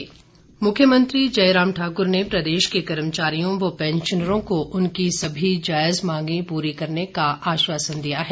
मख्यमंत्री मुख्यमंत्री जयराम ठाक्र ने प्रदेश के कर्मचारियों व पेंशनरों को उनकी सभी जायज मांगें पूरी करने का आश्वासन दिया है